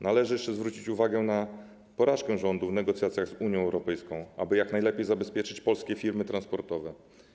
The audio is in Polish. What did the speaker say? Należy jeszcze zwrócić uwagę na porażkę rządu w negocjacjach z Unią Europejską, aby jak najlepiej zabezpieczyć polskie firmy transportowe.